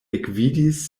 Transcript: ekvidis